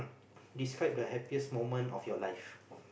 describe the happiest moment of your life